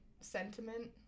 sentiment